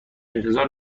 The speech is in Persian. انتظار